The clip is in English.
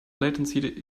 latency